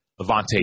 Avante